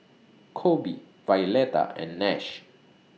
Coby Violeta and Nash